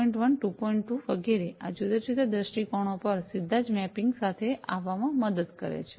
2 વગેરે આ જુદા જુદા દૃષ્ટિકોણો પર સીધા જ મેપિંગ સાથે આવવામાં મદદ કરે છે